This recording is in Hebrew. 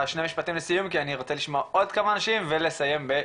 שני משפטים לסיום כי אני רוצה לשמוע עוד כמה אנשים ולסיים ב-12:00.